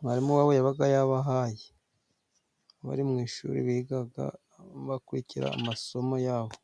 mwarimu wabo yabaga yabahaye, bari mu ishuri bigaga bakurikira amasomo yabo.